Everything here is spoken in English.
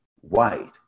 white